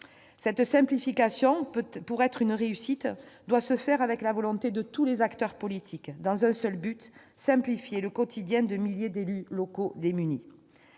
Cette simplification, pour être une réussite, doit se faire avec la volonté de tous les acteurs politiques, dans un seul but : simplifier le quotidien de milliers d'élus locaux démunis.